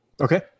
Okay